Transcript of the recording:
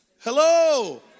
Hello